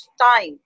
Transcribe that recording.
time